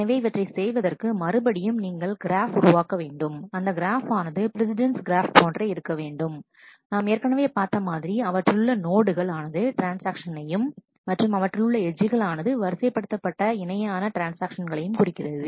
எனவே இவற்றை செய்வதற்கு மறுபடியும் நீங்கள் கிராஃப் உருவாக்க வேண்டும் அந்த கிராஃப் ஆனது பிரஸிடெண்ட்ஸ் கிராஃப் போன்றே இருக்க வேண்டும் நாம் ஏற்கனவே பார்த்த மாதிரி அவற்றிலுள்ள நோடுகள் ஆனது ட்ரான்ஸ்ஆக்ஷனையும் மற்றும் அவற்றில் உள்ள எட்ஜ்கள் ஆனது வரிசைப்படுத்தப்பட்ட இணையான ட்ரான்ஸ்ஆக்ஷன்களை குறிக்கிறது